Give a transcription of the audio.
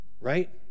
Right